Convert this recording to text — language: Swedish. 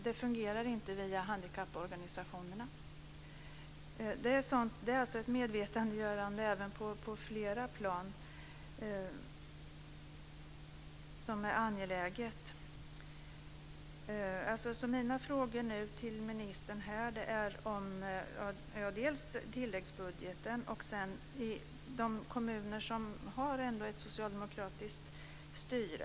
Det fungerar inte via handikapporganisationerna. Det är alltså angeläget med medvetandegörande på flera plan. Mina frågor till ministern nu gäller tilläggsbudgeten och hur arbetet bedrivs i de kommuner som har ett socialdemokratiskt styre.